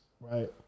right